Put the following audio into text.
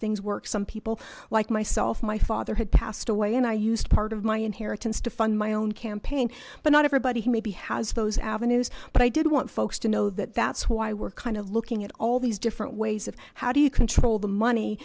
things work some people like myself my father had passed away and i used part of my inheritance to fund my own campaign but not everybody who maybe has those avenues but i did want folks to know that that's why we're kind of looking at all these different ways of how do you control the money